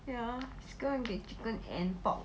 ya just go and get chicken and pork